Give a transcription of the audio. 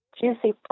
juicy